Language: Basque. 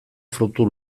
fruitu